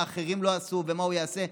מה אחרים לא עשו ומה הוא יעשה,